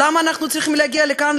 למה אנחנו צריכים להגיע לכאן,